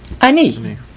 Ani